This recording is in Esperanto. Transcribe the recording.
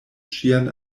ŝian